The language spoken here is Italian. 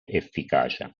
efficacia